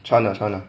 穿了穿了